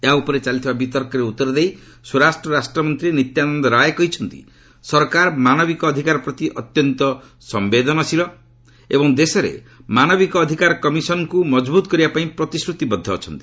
ଏହା ଉପରେ ଚାଲିଥିବା ବିତର୍କରେ ଉତ୍ତର ଦେଇ ସ୍ୱରାଷ୍ଟ୍ର ରାଷ୍ଟ୍ରମନ୍ତ୍ରୀ ନିତ୍ୟାନନ୍ଦ ରାୟ କହିଛନ୍ତି ସରକାର ମାନବିକ ଅଧିକାର ପ୍ରତି ଅତ୍ୟନ୍ତ ସମ୍ଭେଦନଶୀଳ ଏବଂ ଦେଶରେ ମାନବିକ ଅଧିକାର କମିଶନଙ୍କୁ ମଜବୁତ କରିବା ପାଇଁ ପ୍ରତିଶ୍ରୁତିବଦ୍ଧ ଅଛନ୍ତି